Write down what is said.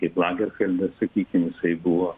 kaip lagerfildas sakykim jisai buvo